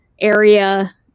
area